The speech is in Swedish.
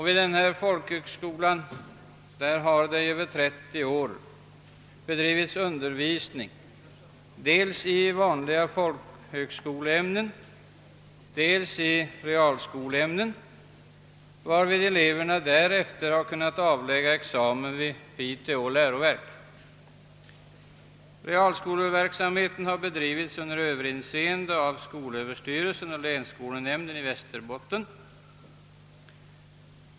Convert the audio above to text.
Vid denna har under över 30 år lämnats undervisning, dels i vanliga folk högskoleämnen, dels i realskoleämnen, varefter eleverna kunnat avlägga examen vid Piteå läroverk. Realskoleverksamheten har bedrivits under överinseende av skolöverstyrelsen och länsskolnämnden i Västerbotten.